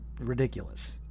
ridiculous